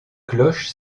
cloches